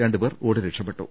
രണ്ടുപേർ ഓടി രക്ഷപ്പെട്ടു